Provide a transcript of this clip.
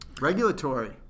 Regulatory